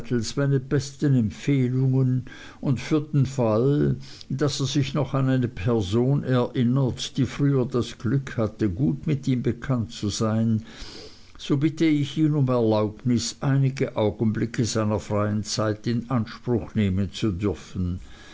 meine besten empfehlungen und für den fall als er sich noch an eine person erinnert die früher das glück hatte gut mit ihm bekannt zu sein so bitte ich ihn um erlaubnis einige augenblicke seiner freien zeit in anspruch nehmen zu dürfen